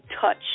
touch